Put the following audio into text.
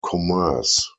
commerce